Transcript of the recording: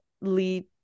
lead